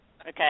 Okay